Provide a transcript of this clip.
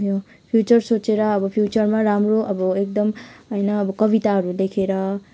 उयो फ्युचर सोचेर अबो फ्युचरमा राम्रो अब एकदम होइन अब कविताहरू लेखेर